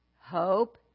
hope